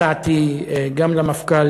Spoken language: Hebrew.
הצעתי גם למפכ"ל,